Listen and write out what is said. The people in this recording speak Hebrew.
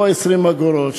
פה 20 אגורות,